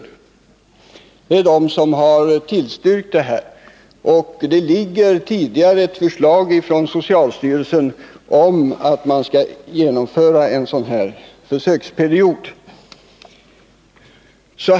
Det är dessa som tillstyrkt förslaget med den längre försöksperioden. Det föreligger också ett tidigare förslag från socialstyrelsen om att man skall genomföra en sådan försöksperiod.